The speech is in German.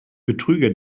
betrüger